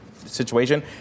Situation